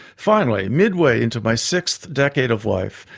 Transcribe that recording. finally, midway into my sixth decade of life,